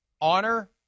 honor